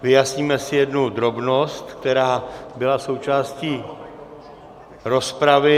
Vyjasníme si jednu drobnost, která byla součástí rozpravy.